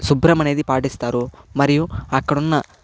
శుభ్రం అనేది పాటిస్తారు మరియు అక్కడ ఉన్న